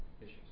issues